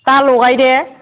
दा लगाय दे